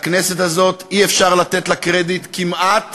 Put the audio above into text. לכנסת הזאת אי-אפשר לתת קרדיט כמעט